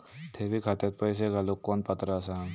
ठेवी खात्यात पैसे घालूक कोण पात्र आसा?